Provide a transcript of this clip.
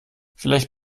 vielleicht